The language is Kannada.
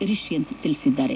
ರಿಷ್ಕಂತ್ ತಿಳಿಸಿದ್ದಾರೆ